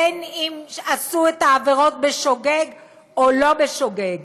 בין שעשו את העבירות בשוגג ובין שלא בשוגג,